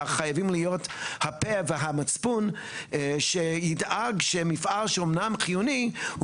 חייבים להיות הפה והמצפון שידאג שמפעל שאמנם חיוני הוא